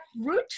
root